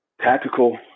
tactical